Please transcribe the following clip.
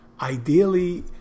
Ideally